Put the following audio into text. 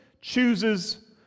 chooses